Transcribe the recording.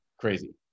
Crazy